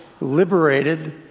liberated